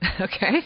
Okay